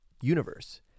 universe